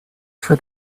for